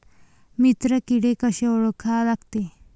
मित्र किडे कशे ओळखा लागते?